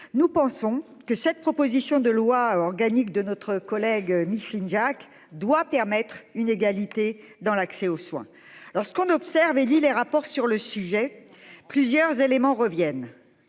Nous pensons que cette proposition de loi organique de notre collègue Micheline Jacques doit permettre une égalité dans l'accès aux soins. Alors ce qu'on observe les rapports sur le sujet. Plusieurs éléments reviennent,